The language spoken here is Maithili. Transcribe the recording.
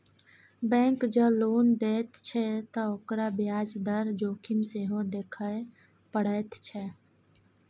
बैंक जँ लोन दैत छै त ओकरा ब्याज दर जोखिम सेहो देखय पड़ैत छै